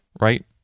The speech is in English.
Right